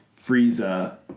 Frieza